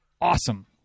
awesome